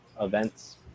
events